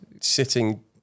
sitting